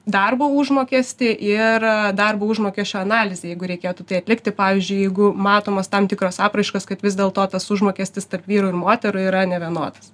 darbo užmokestį ir darbo užmokesčio analizę jeigu reikėtų tai atlikti pavyzdžiui jeigu matomos tam tikras apraiškas kad vis dėl to tas užmokestis tarp vyrų ir moterų yra nevienodas